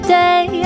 day